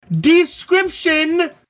description